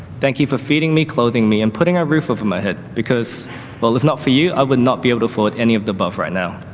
thank you for feeding me, clothing me and putting a roof over my head because well if not for you, i would not be able to afford any of the above right now.